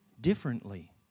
differently